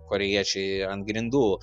korėjiečiai an grindų